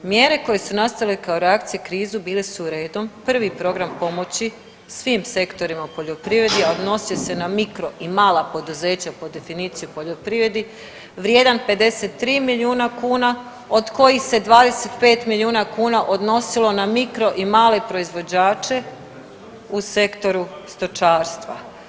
Mjere koje su nastale kao reakcija krizu, bile su redom, prvi program pomoći svim sektorima poljoprivredi, a odnosio se na mikro i mala poduzeća po definiciju poljoprivredi vrijedan 53 milijuna kuna, od kojih se 25 milijuna kuna odnosilo na mikro i male proizvođače u sektoru stočarstva.